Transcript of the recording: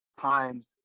times